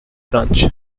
branch